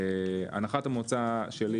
הנחת המוצא שלי,